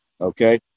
okay